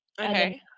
okay